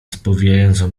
spowijającą